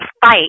fight